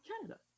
Canada